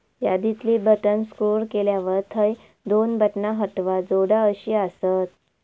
यादीतली button scroll केल्यावर थंय दोन बटणा हटवा, जोडा अशी आसत